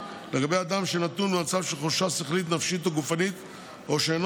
לגבי אדם שנתון במצב של חולשה שכלית או גופנית או שאינו